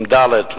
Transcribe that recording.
בדל"ת,